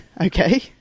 Okay